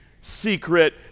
secret